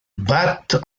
battent